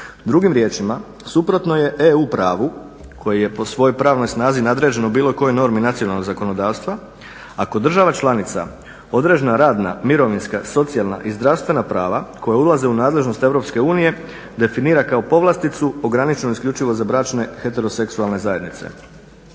Drugim riječima, suprotno je EU pravu koji je po svojoj pravnoj snazi nadređen u bilo kojoj normi nacionalnog zakonodavstva, a kod država članica određena radna, mirovinska, socijalna i zdravstvena prava koja ulaze u nadležnost EU definira kao povlasticu ograničenu isključivo za bračne heteroseksualne zajednice.